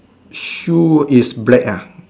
shoe is black ah